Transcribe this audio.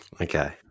Okay